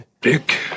Dick